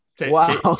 Wow